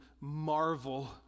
marvel